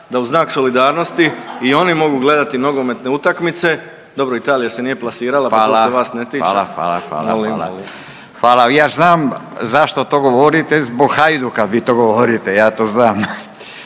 da u znak solidarnosti i oni mogu gledati nogometne utakmice, dobro Italija se nije plasirala pa to se vas ne tiče. **Radin, Furio (Nezavisni)** Hvala, hvala, hvala, hvala. Ja znam zašto to govorite zbog Hajduka vi to govorite ja to znam.